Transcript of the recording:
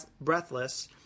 breathless